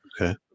Okay